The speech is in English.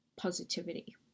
positivity